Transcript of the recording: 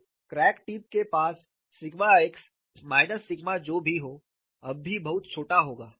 तो crack tip के पास सिग्मा x माइनस सिग्मा जो भी हो अभी भी बहुत छोटा होगा